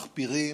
מחפירים,